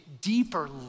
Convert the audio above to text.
deeper